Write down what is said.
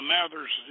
Mathers